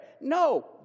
No